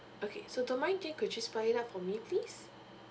okay so don't mind me could you spell it out for me please